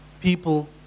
people